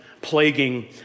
plaguing